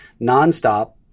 nonstop